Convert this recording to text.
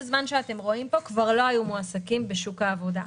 הזמן שאתם רואים פה כבר לא היו מועסקים בשוק העבודה.